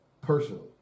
personally